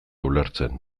ulertzen